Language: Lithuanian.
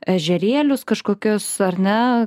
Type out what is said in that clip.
ežerėlius kažkokius ar ne